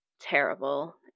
terrible